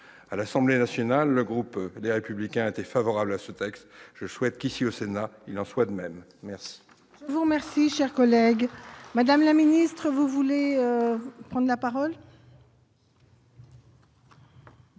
À l'Assemblée nationale, le groupe Les Républicains a été favorable à ce texte. Je souhaite qu'ici, au Sénat, il en soit de même. La